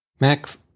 Max